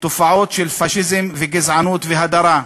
תופעות של פאשיזם, גזענות והדרה,